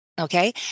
Okay